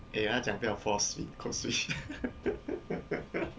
eh 他讲不要 force feed cause we